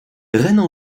rennes